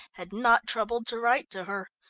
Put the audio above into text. had not troubled to write to her.